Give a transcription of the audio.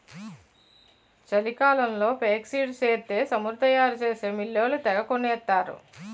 చలికాలంలో ఫేక్సీడ్స్ ఎత్తే సమురు తయారు చేసే మిల్లోళ్ళు తెగకొనేత్తరు